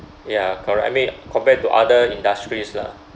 ya correct I mean compared to other industries lah